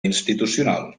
institucional